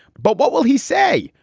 but what will he say?